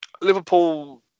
Liverpool